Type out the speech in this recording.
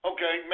Okay